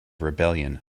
rebellion